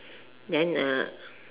then uh